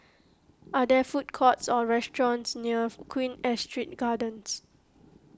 are there food courts or restaurants near Queen Astrid Gardens